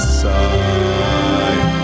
side